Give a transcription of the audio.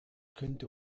könnte